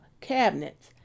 cabinets